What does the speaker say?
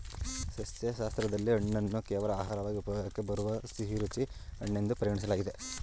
ಸಸ್ಯಶಾಸ್ತ್ರದಲ್ಲಿ ಹಣ್ಣನ್ನು ಕೇವಲ ಆಹಾರವಾಗಿ ಉಪಯೋಗಕ್ಕೆ ಬರುವ ಸಿಹಿರುಚಿ ಹಣ್ಣೆನ್ದು ಪರಿಗಣಿಸಲಾಗ್ತದೆ